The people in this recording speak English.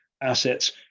assets